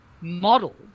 model